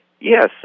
Yes